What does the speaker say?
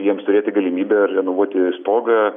jiems turėti galimybę renovuoti stogą